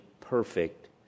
perfect